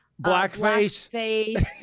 Blackface